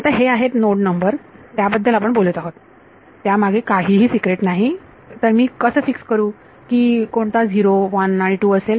आता हे आहेत नोड नंबर त्याबद्दल आपण बोलत आहोत त्यामागे काहीही सीक्रेट नाही तर मी कसं फिक्स करू ही कोणता 0 1 आणि 2 असेल